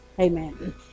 Amen